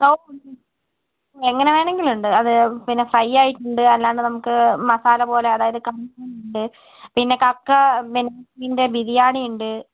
എങ്ങനെ വേണമെങ്കിലും ഉണ്ട് അത് പിന്നെ ഫ്രൈ ആയിട്ടുണ്ട് അല്ലാണ്ട് നമുക്ക് മസാല പോലെ അതായത് ഉണ്ട് പിന്നെ കക്ക ൻ്റെ ബിരിയാണി ഉണ്ട്